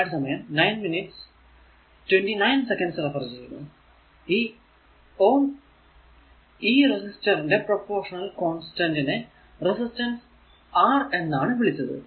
ഓം ഈ റെസിസ്റ്റർ ന്റെ proportion constant നെ റെസിസ്റ്റൻസ് R എന്നാണ് വിളിച്ചത്